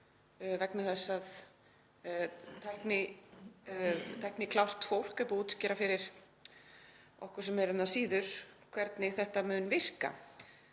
vegna þess að tækniklárt fólk er búið að útskýra fyrir okkur sem erum það síður hvernig þetta mun virka,